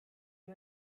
you